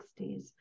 1960s